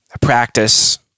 practice